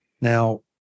now